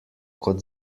kot